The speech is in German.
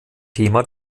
thema